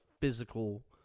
physical –